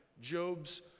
Job's